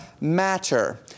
matter